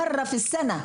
מרא פי-סנה,